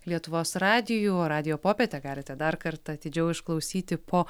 lietuvos radiju radijo popietę galite dar kartą atidžiau išklausyti po